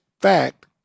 fact